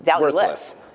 Worthless